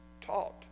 taught